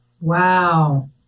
Wow